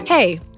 Hey